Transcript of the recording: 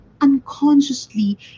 unconsciously